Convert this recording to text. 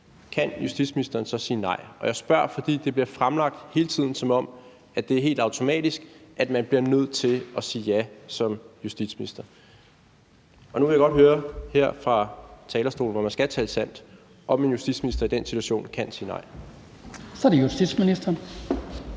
kan justitsministeren så sige nej? Jeg spørger, fordi det hele tiden bliver fremlagt, som om det er helt automatisk, at man bliver nødt til at sige ja som justitsminister. Nu vil jeg godt høre her fra talerstolen, hvor man skal tale sandt, om en justitsminister i den situation kan sige nej. Kl. 17:44 Den